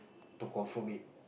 to confirm it